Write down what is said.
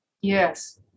Yes